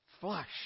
flush